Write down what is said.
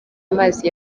amazi